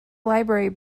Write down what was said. library